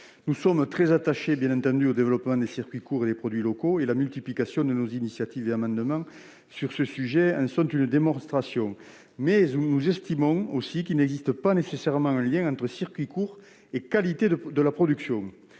Nous sommes très attachés, bien entendu, au développement des circuits courts et aux produits locaux- la multiplication de nos initiatives et amendements sur ce sujet le démontre -, mais nous estimons qu'il n'existe pas nécessairement de lien entre circuits courts et qualité de la production.